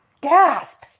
Gasp